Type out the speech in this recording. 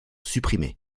supprimés